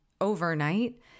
overnight